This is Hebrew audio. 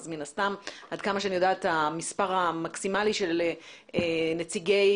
עד כמה שאני יודעת המספר המקסימלי של נציגי